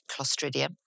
Clostridium